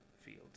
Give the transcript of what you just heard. field